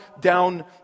down